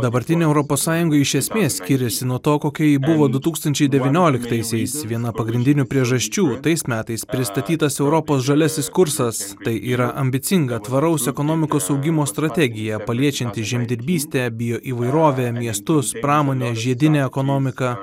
dabartinė europos sąjunga iš esmės skiriasi nuo to kokia ji buvo du tūkstančiai devynioliktaisiais viena pagrindinių priežasčių tais metais pristatytas europos žaliasis kursas tai yra ambicinga tvaraus ekonomikos augimo strategija paliečianti žemdirbystę bioįvairovę miestus pramonę žiedinę ekonomiką